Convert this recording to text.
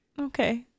Okay